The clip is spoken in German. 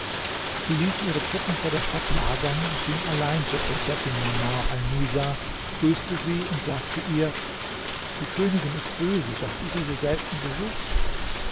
sie ließ ihre truppen vor der stadt lagern und ging allein zur prinzessin manar alnisa grüßte sie und sagte ihr die königin ist böse daß du sie so selten besuchst